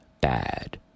bad